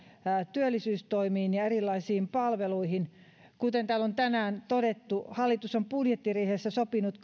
työllisyystoimiin ja erilaisiin palveluihin kuten täällä on tänään todettu hallitus on budjettiriihessä sopinut